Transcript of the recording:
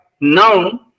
now